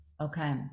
Okay